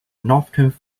northern